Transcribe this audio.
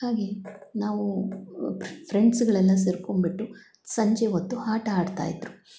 ಹಾಗೆ ನಾವೂ ಒಬ್ರು ಫ್ರೆಂಡ್ಸುಗಳೆಲ್ಲ ಸೇರಿಕೊಂಬಿಟ್ಟು ಸಂಜೆ ಹೊತ್ತು ಆಟ ಆಡ್ತಾ ಇದ್ದರು